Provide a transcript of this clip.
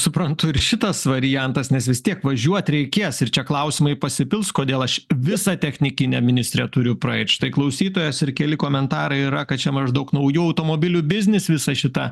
suprantu ir šitas variantas nes vis tiek važiuot reikės ir čia klausimai pasipils kodėl aš visą technikinę ministre turiu praeit štai klausytojas ir keli komentarai yra kad čia maždaug naujų automobilių biznis visa šita